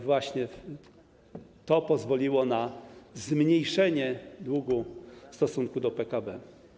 Właśnie to pozwoliło na zmniejszenie długu w stosunku do PKB.